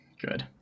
Good